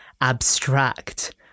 abstract